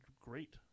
great